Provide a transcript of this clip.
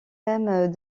même